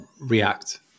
React